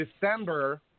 December